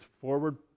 forward